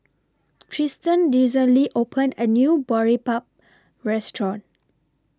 Tristan recently opened A New Boribap Restaurant